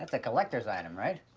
a collector's item, right?